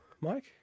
Mike